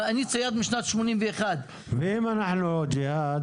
אני צייד משנת 81'. ואם אתם תודיעו,